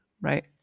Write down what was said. right